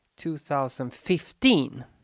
2015